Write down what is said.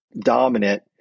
dominant